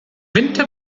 winter